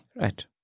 Right